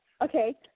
okay